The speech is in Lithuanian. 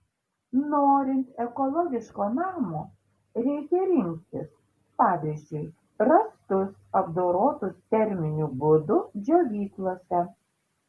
norint ekologiško namo reikia rinktis pavyzdžiui rąstus apdorotus terminiu būdu džiovyklose